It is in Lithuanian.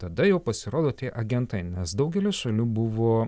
tada jau pasirodo tie agentai nes daugelis šalių buvo